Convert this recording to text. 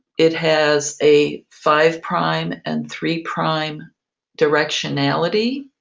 it has a five-prime and three-prime directionality.